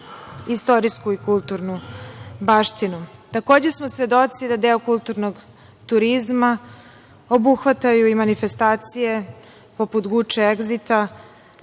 istorijsku i kulturnu baštinu. Takođe smo svedoci da deo kulturnog turizma obuhvataju i manifestacije, poput „Guče“, „Egzita“,